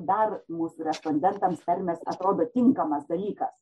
dar mūsų respondentams tarmės atrodė tinkamas dalykas